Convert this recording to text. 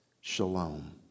shalom